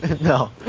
No